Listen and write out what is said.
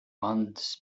months